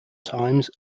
times